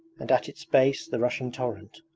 and at its base the rushing torrent.